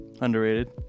Underrated